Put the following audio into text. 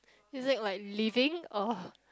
is it like living or